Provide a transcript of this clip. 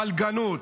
הפלגנות,